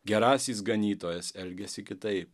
gerasis ganytojas elgiasi kitaip